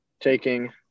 taking